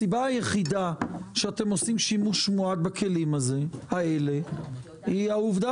הסיבה היחידה שאתם עושים שימוש מועט בכלים האלה היא העובדה